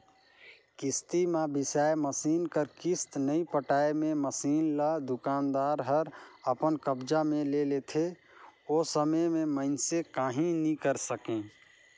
किस्ती म बिसाए मसीन कर किस्त नइ पटाए मे मसीन ल दुकानदार हर अपन कब्जा मे ले लेथे ओ समे में मइनसे काहीं नी करे सकें